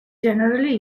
generally